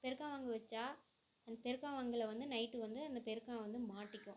பெருக்கான் வங்கு வச்சா அந்த பெருக்கான் வங்கில் வந்து நைட்டு வந்து அந்த பெருக்கான் வந்து மாட்டிக்கும்